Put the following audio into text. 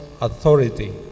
authority